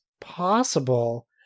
possible